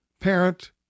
parent